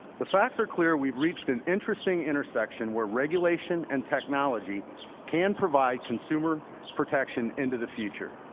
the facts are clear, we've reached an interesting interaction where regulation and technology can provide consumer protection into the future.